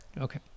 Okay